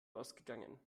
ausgegangen